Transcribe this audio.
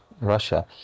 Russia